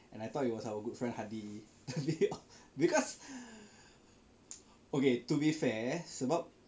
and I thought it was our good friend Hadi because okay to be fair sebab